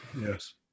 Yes